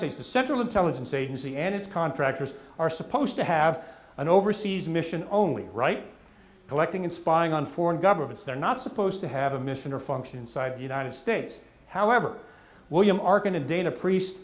states the central intelligence agency and its contractors are supposed to have an overseas mission only right collecting and spying on foreign governments they're not supposed to have a mission or function inside the united states however william arkin to dana priest